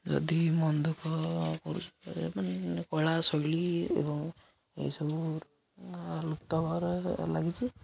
ଯଦି ମନଦୁଃଖ କରୁ ମାନେ କଳା ଶୈଳି ଏବଂ ଏହିସବୁ ଲୁପ୍ତ ଘରେ ଲାଗିଛି